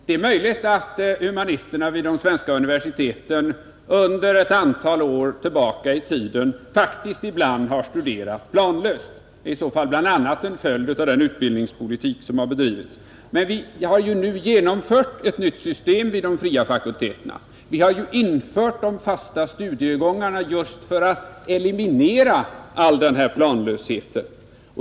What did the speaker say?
Det är möjligt att humanister vid de svenska universiteten under ett antal år tillbaka i tiden faktiskt ibland har studerat planlöst — det är i så fall bl.a. en följd av den utbildningspolitik som har bedrivits — men vi har ju nu genomfört ett nytt system vid de fria fakulteterna, och vi har ju infört de fasta studiegångarna just för att eliminera all den här planlösheten.